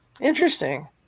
Interesting